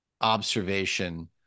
observation